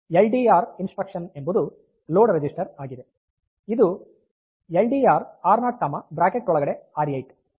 L D R instruction ಎಂಬುದು load register ಆಗಿದೆಇದು L D R R0 R8 ಅನ್ನು ಸೂಚಿಸುತ್ತದೆ